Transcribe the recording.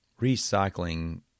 recycling